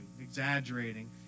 exaggerating